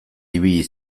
ibili